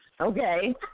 Okay